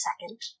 second